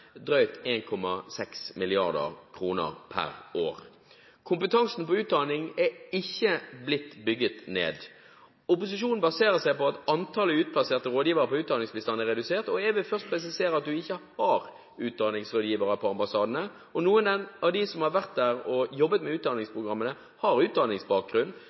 drøyt 1,6 mrd. kr. per år. Kompetansen på utdanning er ikke blitt bygget ned. Opposisjonen baserer seg på at antallet utplasserte rådgivere når det gjelder utdanningsbistand, er redusert. Jeg vil først presisere at det ikke er utdanningsrådgivere på ambassadene. Noen av dem som har vært der og jobbet med utdanningsprogrammene, har utdanningsbakgrunn